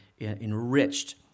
enriched